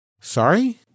Sorry